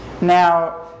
Now